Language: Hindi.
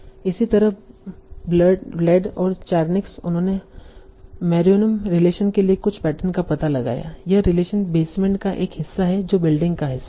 इसी तरह बर्लैंड और चारनिअक्स उन्होंने मेरोंय्म रिलेशन के लिए कुछ पैटर्न का पता लगाया यह रिलेशन बेसमेंट का एक हिस्सा है जो बिल्डिंग का हिस्सा है